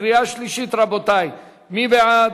קריאה שלישית, רבותי, מי בעד?